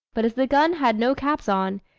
but if the gun had no caps on,